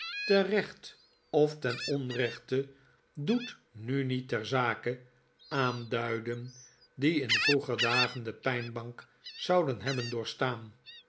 terecht of ten onrechte doet nu niet ter zake aanduidden die in vroeger dagen de pijnbank zouden hebben doorstaan